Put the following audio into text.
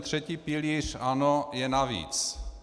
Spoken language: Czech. Třetí pilíř, ano, je navíc.